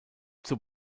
zur